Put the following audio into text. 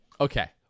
Okay